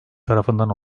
tarafından